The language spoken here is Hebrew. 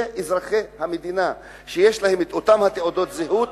זה אזרחי המדינה, שיש להם את אותן תעודות הזהות